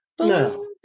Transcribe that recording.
No